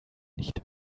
nicht